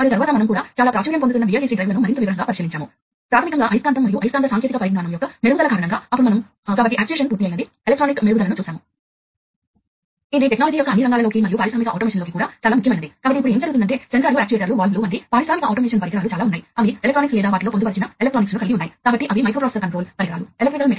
wiring విషయానికొస్తే మీరు నిజంగా ఒక జత వైర్లను మాత్రమే నడుపుతారు ఇది B ఇది అతిపెద్ద వైరింగ్ ప్రయోజనాన్ని అందిస్తుంది మీకు డిజిటల్ కమ్యూనికేషన్ ఉందని తెలుసు కానీ మీకు నెట్వర్క్ బస్సు ఉన్నందున మరింత ప్రయోజనం ఉంది కాబట్టి మనం దాని గురించి చూడబోతున్నాము